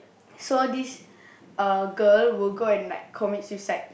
so this uh girl will go and like commit suicide